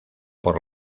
por